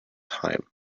time